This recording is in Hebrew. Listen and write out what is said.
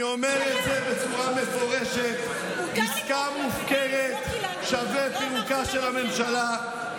אני אומר את זה בצורה מפורשת: עסקה מופקרת שווה פירוקה של הממשלה,